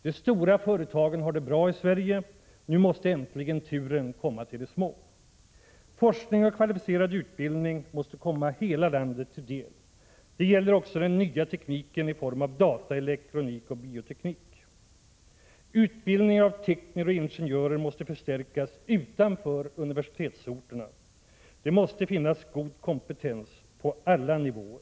De stora företagen har det bra i Sverige. Nu måste äntligen turen komma till de små. e Forskning och kvalificerad utbildning måste komma hela landet till del. Det gäller också den nya tekniken i form av data, elektronik och bioteknik. e Utbildningen av tekniker och ingenjörer måste förstärkas utanför universitetsorterna. Det måste finnas god kompetens på alla nivåer.